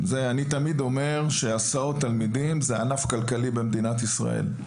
אני תמיד אומר שהסעות תלמידים זה ענף כלכלי במדינת ישראל,